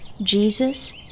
Jesus